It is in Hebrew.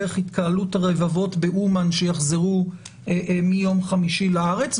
דרך התקהלות רבבות באומן שיחזרו מיום חמישי לארץ,